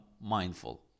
mindful